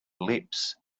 lips